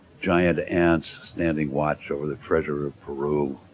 giant ants standing watch over the treasure of peru,